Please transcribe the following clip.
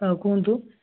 ଆଉ କୁହନ୍ତୁ